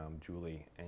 Julie